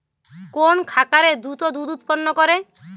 কোন খাকারে দ্রুত দুধ উৎপন্ন করে?